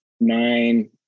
nine